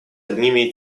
одними